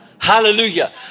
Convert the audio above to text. Hallelujah